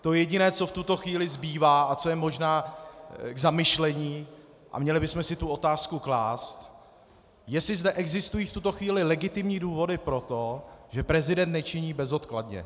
To jediné, co v tuto chvíli zbývá a co je možná k zamyšlení, a měli bychom si tu otázku klást, jestli zde existují v tuto chvíli legitimní důvody pro to, že prezident nečiní bezodkladně.